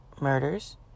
murders